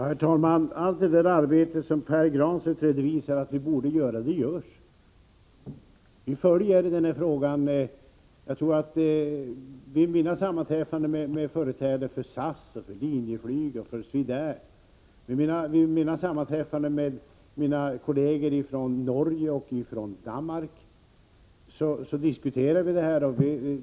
Herr talman! Allt det arbete som herr Granstedt påpekar att vi borde göra, det görs. Vi följer frågan. Vid mina sammanträffanden med företrädare för SAS, Linjeflyg och Swedair och med mina kolleger från Norge och Danmark diskuterar vi det här.